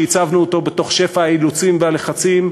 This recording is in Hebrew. שעיצבנו אותו בתוך שפע האילוצים והלחצים,